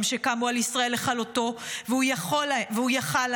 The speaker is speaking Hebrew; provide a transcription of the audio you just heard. שקמו על ישראל לכלותו והוא יכול להם,